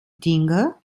dinge